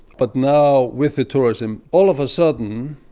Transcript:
but now with the tourism, all of a sudden,